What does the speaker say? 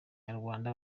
nyarwanda